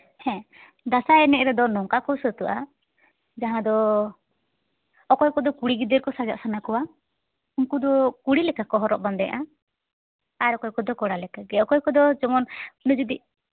ᱦᱮᱸ ᱫᱟᱸᱥᱟᱭ ᱮᱱᱮᱡ ᱨᱮᱫᱚ ᱱᱚᱝᱠᱟ ᱠᱚ ᱥᱟᱹᱛᱚᱜᱼᱟ ᱡᱟᱦᱟᱸ ᱫᱚ ᱚᱠᱚᱭ ᱠᱚᱫᱚ ᱠᱩᱲᱤ ᱜᱤᱫᱟᱹᱨ ᱠᱚ ᱥᱟᱡᱟᱜ ᱥᱟᱱᱟ ᱠᱚᱣᱟ ᱩᱱᱠᱩ ᱫᱚ ᱠᱩᱲᱤ ᱞᱮᱠᱟ ᱠᱚ ᱦᱚᱨᱚᱜ ᱵᱟᱸᱫᱮᱜᱼᱟ ᱟᱨ ᱚᱠᱚᱭ ᱠᱚᱫᱚ ᱠᱚᱲᱟ ᱞᱮᱠᱟ ᱜᱮ ᱚᱠᱚᱭ ᱠᱚᱫᱚ ᱡᱮᱢᱚᱱ ᱤᱭᱟᱹ ᱡᱩᱫᱤ